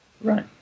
Right